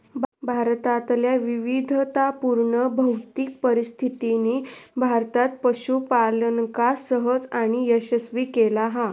भारतातल्या विविधतापुर्ण भौतिक परिस्थितीनी भारतात पशूपालनका सहज आणि यशस्वी केला हा